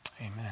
Amen